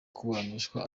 kuburanishwa